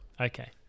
Okay